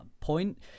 point